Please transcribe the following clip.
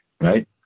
Right